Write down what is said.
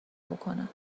بکنم